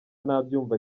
ntabyumva